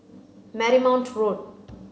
Marymount Road